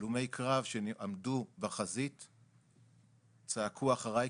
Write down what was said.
הלומי קרב שעמדו בחזית צעקו אחריי,